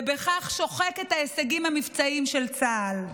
ובכך שוחק את ההישגים המבצעיים של צה"ל.